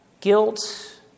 guilt